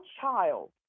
child